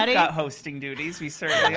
and got hosting duties, we certainly are.